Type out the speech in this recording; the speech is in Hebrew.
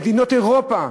מדינות אירופה,